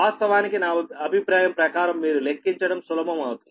వాస్తవానికి నా అభిప్రాయం ప్రకారం మీరు లెక్కించటం సులభం అవుతుంది